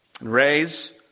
Raise